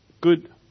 good